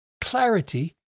clarity